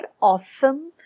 awesome